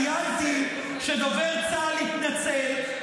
ציינתי שדובר צה"ל התנצל,